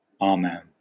Amen